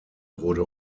wurde